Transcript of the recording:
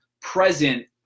present